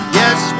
yes